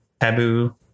taboo